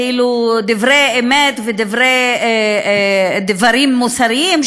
כאילו דברי אמת ודברים מוסריים,